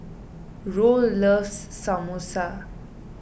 Roll loves Samosa